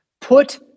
put